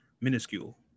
minuscule